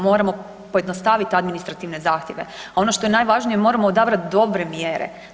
Moramo pojednostaviti administrativne zahtjeve, a ono što je najvažnije moramo odabrati dobre mjere.